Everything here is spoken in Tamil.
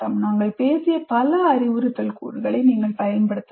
நாங்கள் பேசிய பல அறிவுறுத்தல் கூறுகளை நீங்கள் பயன்படுத்த வேண்டும்